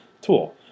tool